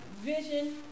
vision